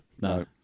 No